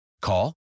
Call